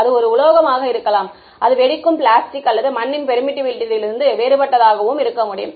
அது ஒரு உலோகமாக இருக்கலாம் அது வெடிக்கும் பிளாஸ்டிக் அல்லது மண்ணின் பெர்மிட்டிவிட்டியிலிருந்து வேறுபட்டதாகவும் இருக்க முடியும்